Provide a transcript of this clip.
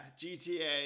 gta